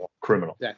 criminal